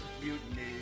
Mutiny